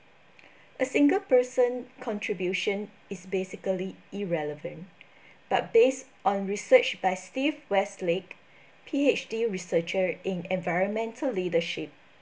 a single person contribution is basically irrelevant but based on research by steve westlake P_H_D researcher in environmental leadership